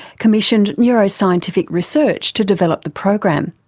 commissioned neuroscientific research to develop the program.